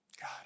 God